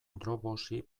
dropboxi